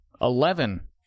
Eleven